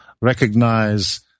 recognize